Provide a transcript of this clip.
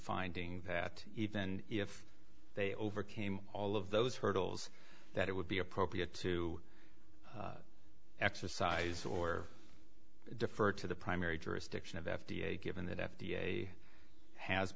finding that even if they overcame all of those hurdles that it would be appropriate to exercise or defer to the primary jurisdiction of f d a given that f d a has